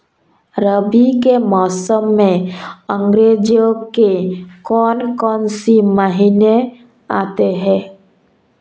रबी के मौसम में अंग्रेज़ी के कौन कौनसे महीने आते हैं?